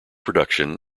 production